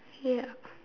ya